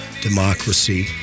Democracy